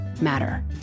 matter